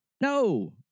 No